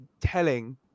telling